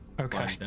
okay